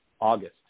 August